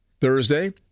Thursday